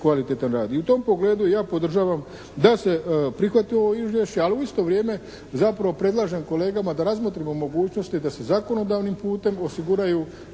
kvalitetan rad. I u tom pogledu ja podržavam da se prihvati ovo izvješće. Ali u isto vrijeme zapravo predlažem kolegama da razmotrimo mogućnosti da se zakonodavnim putem osiguraju